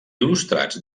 il·lustrats